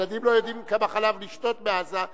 הילדים לא יודעים כמה חלב לשתות בעזה,